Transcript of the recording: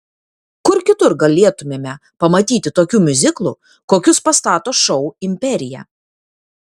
kur kitur galėtumėme pamatyti tokių miuziklų kokius pastato šou imperija